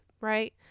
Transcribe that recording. Right